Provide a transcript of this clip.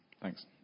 Thanks